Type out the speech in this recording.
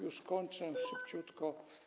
Już kończę, szybciutko.